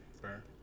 Fair